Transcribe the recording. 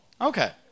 Okay